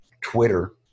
Twitter